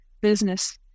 business